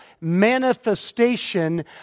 manifestation